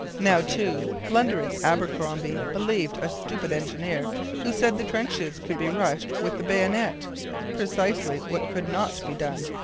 now, too, blundering abercromby believed a stupid engineer who said the trenches could be rushed with the bayonet precisely what could not be done.